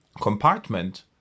compartment